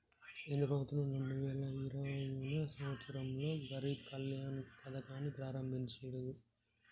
కేంద్ర ప్రభుత్వం రెండు వేల ఇరవైయవ సంవచ్చరంలో గరీబ్ కళ్యాణ్ పథకాన్ని ప్రారంభించిర్రు